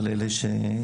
אבל אלה שהצטרפו.